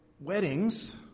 weddings